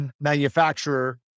manufacturer